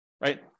right